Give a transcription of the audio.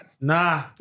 Nah